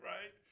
Right